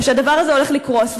או שהדבר הזה הולך לקרוס?